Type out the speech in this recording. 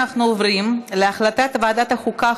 אנחנו עוברים להחלטת ועדת החוקה,